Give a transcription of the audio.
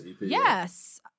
Yes